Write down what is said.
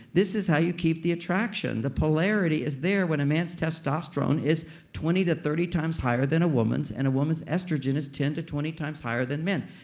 this is how you keep the attraction. the polarity is there when a man's testosterone is twenty to thirty times higher than a woman's. and a woman's estrogen is ten twenty times higher than men.